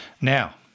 Now